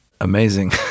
amazing